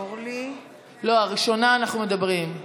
לא, על הראשונה אנחנו מדברים.